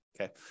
okay